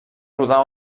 rodar